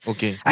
Okay